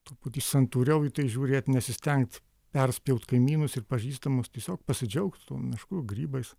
truputį santūriau į tai žiūrėt nesistengt perspjaut kaimynus ir pažįstamus tiesiog pasidžiaugt mišku grybais